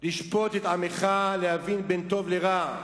לשפוט את עמך, להבין בין טוב לרע,